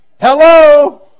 Hello